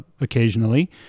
occasionally